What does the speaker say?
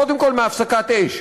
קודם כול מהפסקת אש,